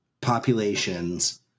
populations